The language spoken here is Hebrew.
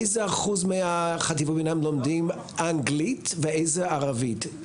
איזה אחוז מחטיבות הביניים לומדים אנגלית ואיזה ערבית?